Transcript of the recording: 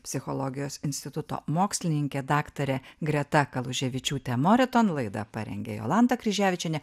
psichologijos instituto mokslininkė daktarė greta kaluževičiūtė moreton laidą parengė jolanta kryževičienė